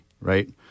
Right